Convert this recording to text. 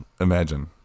Imagine